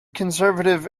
conservative